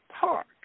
Park